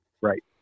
Right